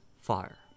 Fire